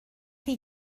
chi